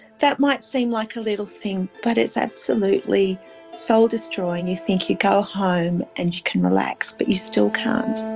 that might seem like a little thing but it's absolutely soul-destroying. you think you go home and you can relax but you still can't.